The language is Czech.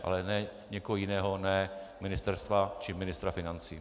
Ale někoho jiného, ne Ministerstva či ministra financí.